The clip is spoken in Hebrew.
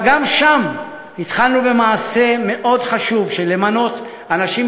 אבל גם שם התחלנו במעשה מאוד חשוב של מינוי אנשים